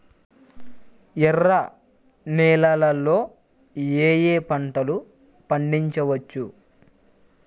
ఎర్ర నేలలలో ఏయే పంటలు పండించవచ్చు?